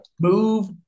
move